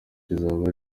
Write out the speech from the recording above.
kizaba